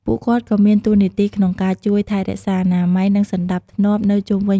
តួនាទីដូចជាការជួយសម្អាតចានឆ្នាំង បន្ទាប់ពីការទទួលទាន ឬការរៀបចំមុនការទទួលទាន។